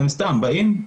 הם סתם באים,